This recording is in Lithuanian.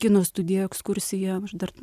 kino studiją ekskursiją o aš dar